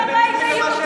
הולכים לפי הבית היהודי.